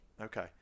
Okay